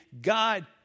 God